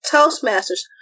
Toastmasters